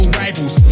rivals